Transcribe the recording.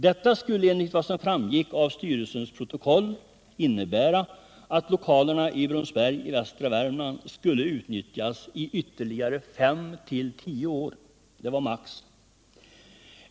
Detta skulle enligt vad som framgick av styrelsens protokoll innebära att lokalerna i Brunsberg i västra Värmland skulle utnyttjas i ytterligare 5—-10 år; det var maximum.